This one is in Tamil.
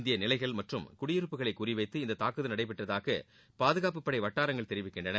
இந்திய நிலைகள் மற்றும் குடியிருப்புகளை குறிவைத்து இந்த தாக்குதல் நடைபெற்றதாக பாதுகாப்புப் படை வட்டாரங்கள் தெரிவிக்கின்றன